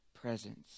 presence